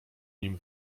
nim